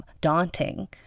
daunting